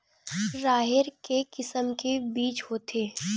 राहेर के किसम के बीज होथे?